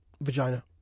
Vagina